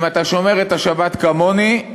אם אתה שומר את השבת כמוני,